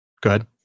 good